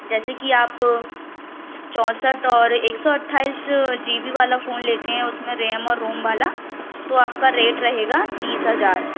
जैसे कि आप चौंसठ और एक सौ अट्ठाईस जी बी वाला फ़ोन लेते हैं उसमें रैम और रोम वाला तो आपका रेट रहेगा तीस हज़ार